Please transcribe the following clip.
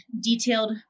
detailed